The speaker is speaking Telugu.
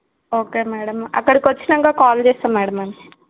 ఓకే మేడమ్ అక్కడికి వచ్చినాక కాల్ చేస్తాం మేడమ్ మేము